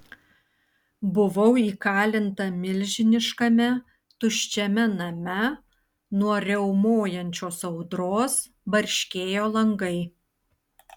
buvau įkalinta milžiniškame tuščiame name nuo riaumojančios audros barškėjo langai